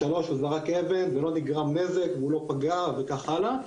או שלוש הוא זרק אבן ולא נגרם נזק והוא לא פגע וכך הלאה,